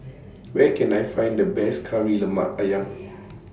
Where Can I Find The Best Kari Lemak Ayam